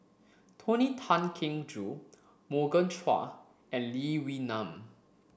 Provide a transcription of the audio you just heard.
Tony Tan Keng Joo Morgan Chua and Lee Wee Nam